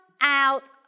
out